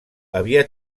havia